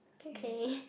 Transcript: okay